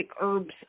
herbs